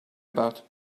about